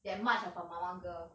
that much of a mama girl